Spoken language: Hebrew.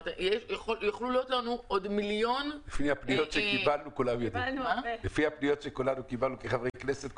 יכלו להיות לנו עוד מיליון --- לפי הפניות שקיבלנו כחברי כנסת,